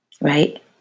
Right